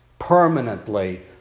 Permanently